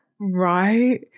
Right